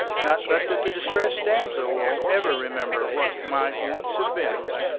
not but that the distressed damsel will ever remember what might once have been.